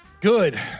Good